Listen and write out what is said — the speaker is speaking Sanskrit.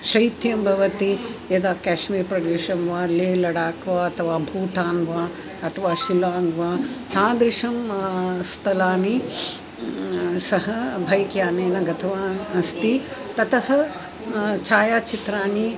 शैत्यं भवति यदा काश्मीर् प्रदेशं वा लेहलडाखं वा अथवा भूटान् वा अथवा शिल्लाङ्ग् वा तादृशं स्थलानि सः भैक्यानेन गतवान् अस्ति ततः छायाचित्राणि